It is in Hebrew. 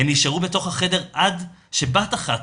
הן נשארו בתוך החדר עד שבת אחת,